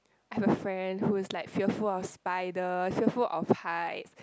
I have a friend who's like fearful of spiders fearful of height